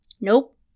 Nope